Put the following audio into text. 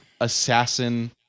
assassin